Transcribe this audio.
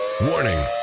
Warning